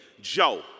Joe